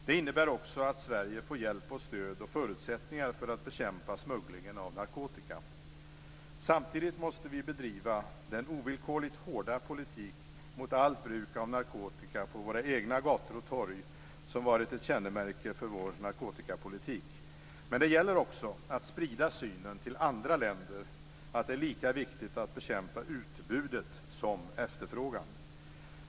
Det innebär också att Sverige får hjälp, stöd och förutsättningar för att bekämpa smugglingen av narkotika. Samtidigt måste vi bedriva den ovillkorligt hårda politik mot allt bruk av narkotika på våra egna gator och torg som varit ett kännemärke för vår narkotikapolitik. Men det gäller också att sprida vår syn till andra länder; att det är lika viktigt att bekämpa utbudet som efterfrågan.